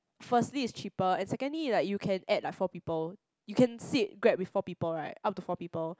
firstly is cheaper and secondly like you can add like four people you can sit Grab with like four people right up to four people